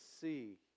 see